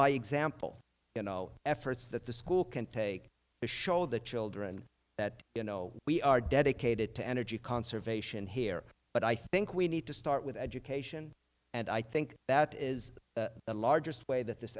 by example you know efforts that the school can take to show the children that you know we are dedicated to energy conservation here but i think we need to start with education and i think that is the largest way that this